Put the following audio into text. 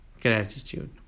gratitude